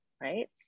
right